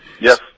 Yes